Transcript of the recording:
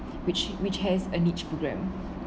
which which has a niche programme